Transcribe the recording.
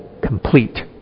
complete